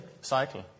cycle